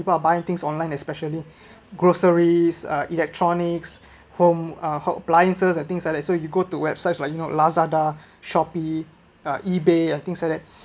people are buying things online especially groceries uh electronics home uh appliances and things like that so you go to websites like you know lazada shopee uh ebay and things like that